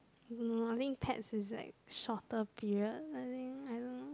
no I think pets is like shorter period I think I don't know